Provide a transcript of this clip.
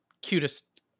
cutest